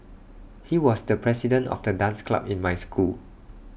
he was the president of the dance club in my school